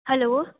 hello